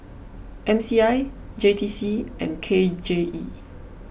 M C I J T C and K J E